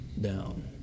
down